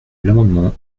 l’amendement